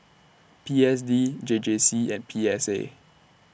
P S D J J C and P S A